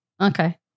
Okay